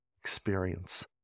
experience